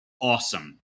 awesome